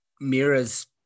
Mira's